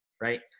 Right